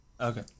Okay